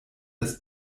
des